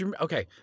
okay